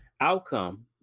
outcome